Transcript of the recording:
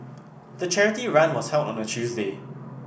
the charity run was held on a Tuesday